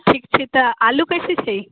ठीक छै तऽ आलू कैसे छै